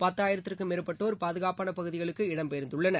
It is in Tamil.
பத்தாயிரத்திற்கும் மேற்பட்டோர் பாதுகாப்பான பகுதிகளுக்கு இடம்பெயர்ந்துள்ளனர்